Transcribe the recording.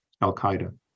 al-qaeda